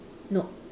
nope